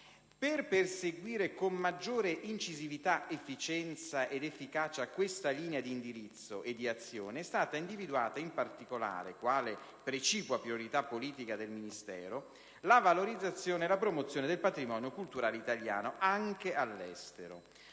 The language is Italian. Per perseguire con maggiore incisività, efficienza ed efficacia questa linea d'indirizzo e di azione è stata individuata in particolare, quale precipua priorità politica del Ministero, la valorizzazione e la promozione del patrimonio culturale italiano, anche all'estero.